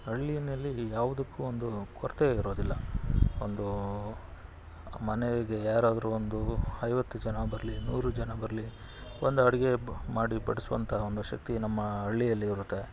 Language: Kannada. ಹಳ್ಳಿಯಲ್ಲಿ ಯಾವುದಕ್ಕೂ ಒಂದು ಕೊರತೆ ಇರೋದಿಲ್ಲ ಒಂದೂ ಮನೆಗೆ ಯಾರಾದ್ರೂ ಒಂದು ಐವತ್ತು ಜನ ಬರಲಿ ನೂರು ಜನ ಬರಲಿ ಒಂದು ಅಡುಗೆ ಮಾಡಿ ಬಡಿಸುವಂಥ ಒಂದು ಶಕ್ತಿ ನಮ್ಮ ಹಳ್ಳಿಯಲ್ಲಿ ಇರುತ್ತೆ